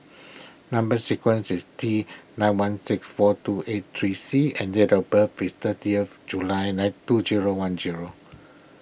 Number Sequence is T nine one six four two eight three C and date of birth is thirtieth July nine two zero one zero